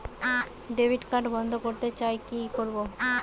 Debit card বন্ধ করতে চাই কি করব?